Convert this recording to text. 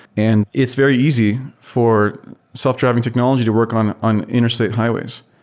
and it's very easy for self-driving technology to work on on interstate highways,